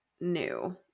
new